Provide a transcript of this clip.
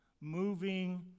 Moving